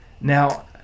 Now